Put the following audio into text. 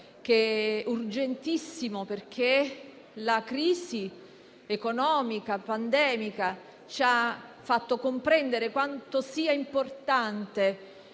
e urgentissimo, perché la crisi economica e pandemica ci ha fatto comprendere quanto sia importante